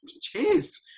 cheers